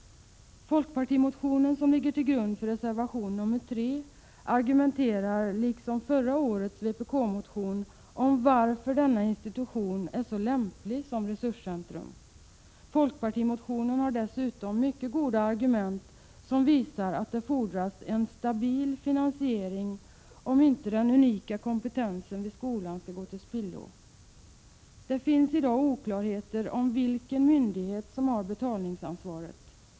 Folkpartimotionen som ligger till grund för reservation nr 3 argumenterar, liksom förra årets vpk-motion, för varför denna institution är så lämplig som resurscenter. Folkpartimotionen innehåller dessutom mycket goda argument för att det fordras en stabil finansiering om inte den unika kompetensen vid skolan skall gå till spillo. Det finns i dag oklarheter om vilken myndighet som har betalningsansvaret.